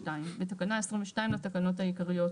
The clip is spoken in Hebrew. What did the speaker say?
20. תיקון תקנה 22. בתקנה 22 לתקנות העיקריות,